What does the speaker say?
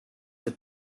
het